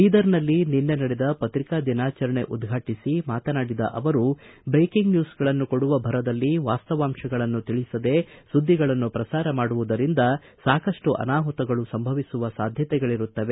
ಬೀದರ್ನಲ್ಲಿ ನಿನ್ನೆ ನಡೆದ ಪತ್ರಿಕಾ ದಿನಾಚರಣೆಯನ್ನು ಉದ್ಘಾಟಿಸಿ ಮಾತನಾಡಿದ ಅವರು ಬ್ರೇಕಿಂಗ್ ನ್ಯೂಸ್ಗಳನ್ನು ಕೊಡುವ ಭರದಲ್ಲಿ ವಾಸ್ತವಾಂಶಗಳನ್ನು ತಿಳಿಯದೇ ಸುದ್ದಿಗಳನ್ನು ಪ್ರಸಾರ ಮಾಡುವುದರಿಂದ ಸಾಕಷ್ಟು ಅನಾಹುತಗಳು ಸಂಭವಿಸುವ ಸಾಧ್ಯತೆಗಳರುತ್ತವೆ